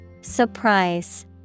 Surprise